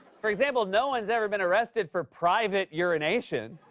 for example, no one's ever been arrested for private urination.